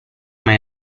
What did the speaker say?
mai